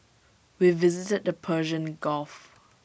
we visited the Persian gulf